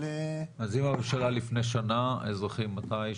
אז אם הממשלה לפני שנה, האזרחים מתי?